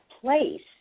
place